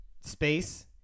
Space